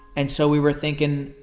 and so we were thinking,